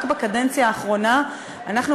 רק בקדנציה האחרונה אנחנו,